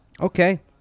okay